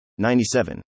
97